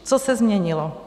Co se změnilo?